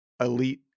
elite